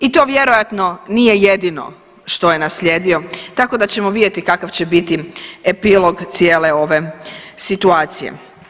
I to vjerojatno nije jedino što je naslijedio, tako da ćemo vidjeti kakav će biti epilog cijele ove situacije.